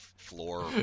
Floor